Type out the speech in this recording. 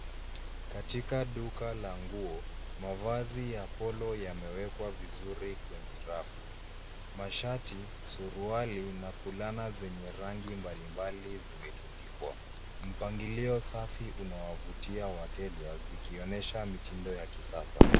Katika duka la nguo mavazi ya polo yamewekwa vizuri kwenye rafu ,masharti, suruali na fulana zenye rangi mbalimbali zimetundikwa ,mpangilio safi unawavutia wateja zikionyesha mitindo ya kisasa.